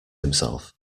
himself